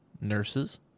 nurses